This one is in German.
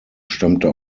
stammte